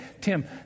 Tim